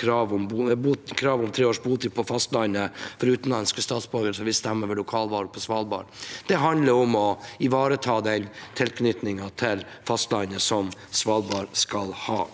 kravet om tre års botid på fastlandet for utenlandske statsborgere som vil stemme ved lokalvalg på Svalbard. Det handler om å ivareta den tilknytningen til fastlandet som Svalbard skal ha.